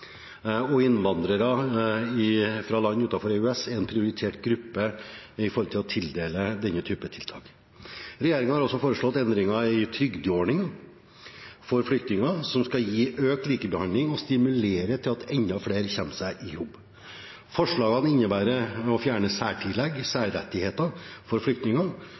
fra land utenfor EØS er en prioritert gruppe når det gjelder å tildele denne typen tiltak. Regjeringen har også foreslått endringer i trygdeordninger for flyktninger, som skal gi økt likebehandling og stimulere til at enda flere kommer seg i jobb. Forslagene innebærer å fjerne særtillegg, særrettigheter, for flyktninger